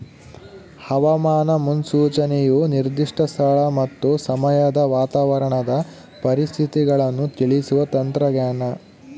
ಹವಾಮಾನ ಮುನ್ಸೂಚನೆಯು ನಿರ್ದಿಷ್ಟ ಸ್ಥಳ ಮತ್ತು ಸಮಯದ ವಾತಾವರಣದ ಪರಿಸ್ಥಿತಿಗಳನ್ನು ತಿಳಿಸುವ ತಂತ್ರಜ್ಞಾನ